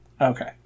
Okay